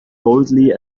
boldly